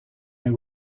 they